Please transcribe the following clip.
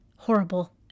horrible